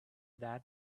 dad